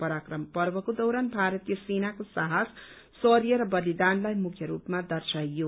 पराक्रम पर्वको दौरान भारतीय सेनाको साहस शौर्य र बलिदानलाई मुख्यरूपमा दर्शाइयो